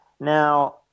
Now